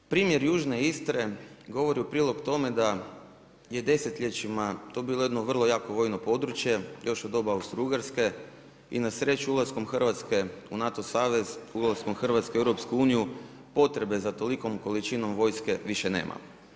Primjer južne Istre govori u prilog tome da je desetljećima to bilo jedno vrlo jako vojno područje još od doba Austro-ugarske i na sreću ulaskom Hrvatske u NATO savez, ulaskom Hrvatske u EU potrebe za tolikom količinom vojske više nema.